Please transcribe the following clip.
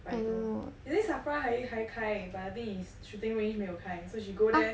百多 is it SAFRA 还还开 but I think is shooting range 没有开 so she go there